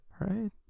right